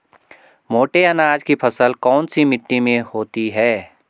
मोटे अनाज की फसल कौन सी मिट्टी में होती है?